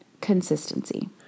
consistency